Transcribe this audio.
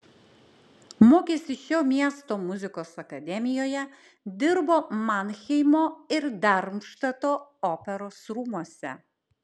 mokėsi šio miesto muzikos akademijoje dirbo manheimo ir darmštato operos rūmuose